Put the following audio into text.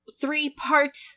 three-part